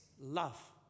love